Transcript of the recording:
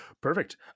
Perfect